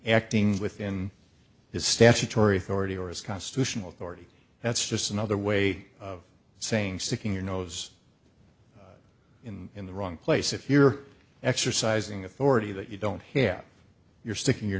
acting within his statutory authority or his constitutional authority that's just another way of saying sticking your nose in in the wrong place if you're exercising authority that you don't hear you're sticking your